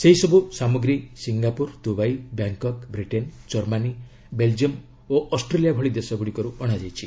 ସେହିସବୁ ସାମଗ୍ରୀ Singapore Dubai Bangkok Britain Germany Belgium ଓ ଅଷ୍ଟ୍ରେଲିଆ ଭଳି ଦେଶଗୁଡ଼ିକରୁ ଅଣାଯାଇଛି